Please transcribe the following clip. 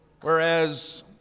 whereas